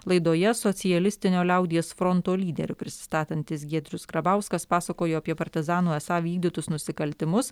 laidoje socialistinio liaudies fronto lyderiu prisistatantis giedrius grabauskas pasakojo apie partizanų esą vykdytus nusikaltimus